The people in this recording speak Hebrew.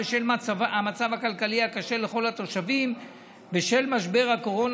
בשל המצב הכלכלי הקשה לכל התושבים בשל משבר הקורונה,